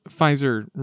Pfizer